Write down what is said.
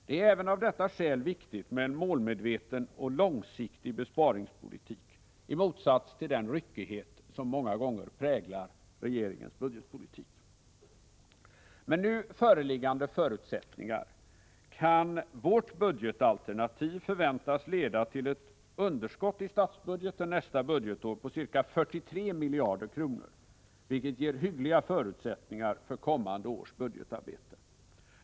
Det är även av detta skäl viktigt med en målmedveten och långsiktig besparingspolitik, i motsats till den ryckighet som många gånger präglat socialdemokraternas budgetpolitik. Med nu föreliggande förutsättningar kan vårt budgetalternativ förväntas leda till ett underskott i statsbudgeten nästa budgetår på ca 43 miljarder kronor, vilket ger hyggliga förutsättningar för kommande års budgetarbete.